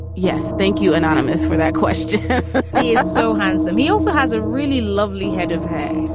yes. thank you, anonymous, for that question he's so handsome. he also has a really lovely head of hair.